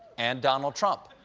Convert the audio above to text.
and donald trump.